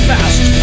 Fast